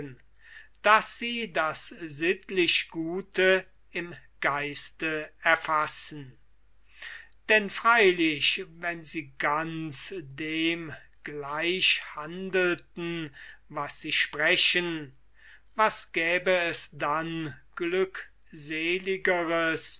daß sie das sittlichgute im geiste erfassen denn freilich wenn sie ganz dem gleich handelten was sie sprechen was gäbe es dann